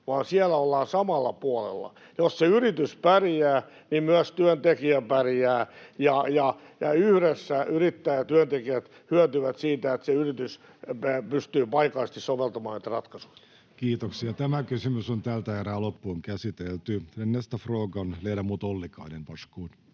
vaan siellä ollaan samalla puolella. Jos se yritys pärjää, niin myös työntekijä pärjää. Yhdessä yrittäjä ja työntekijät hyötyvät siitä, että se yritys pystyy paikallisesti soveltamaan niitä ratkaisuja. Nästa fråga, ledamot Ollikainen, varsågod.